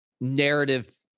narrative